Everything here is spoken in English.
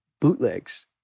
bootlegs